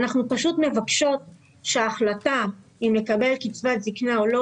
אנחנו פשוט מבקשות שההחלטה אם לקבל קצבת זקנה או לא,